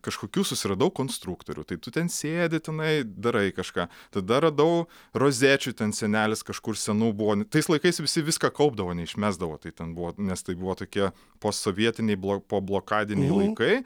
kažkokių susiradau konstruktorių tai tu ten sėdi tenai darai kažką tada radau rozečių ten senelis kažkur senų buvo tais laikais visi viską kaupdavo neišmesdavo tai ten buvo nes tai buvo tokie posovietiniai blo poblokadiniai laikai